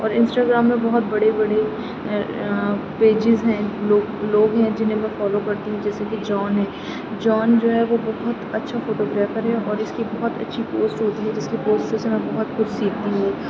اور انسٹاگرام میں بہت بڑے بڑے پیجیز ہیں لوگ لوگ ہیں جنہیں میں فالو کرتی ہوں جیسے کہ جون ہے جون جو ہے وہ بہت اچھا فوٹوگرافر ہے اور اس کی بہت اچھی پوسٹ ہوتی ہے جس کی پوسٹ سے سے میں بہت کچھ سیکھتی ہوں